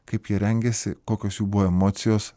kaip jie rengėsi kokios jų buvo emocijos